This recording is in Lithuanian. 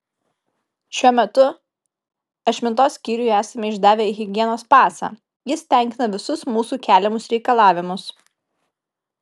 šiuo metu ašmintos skyriui esame išdavę higienos pasą jis tenkina visus mūsų keliamus reikalavimus